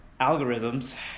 Algorithms